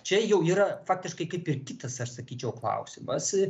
čia jau yra faktiškai kaip ir kitas aš sakyčiau klausimas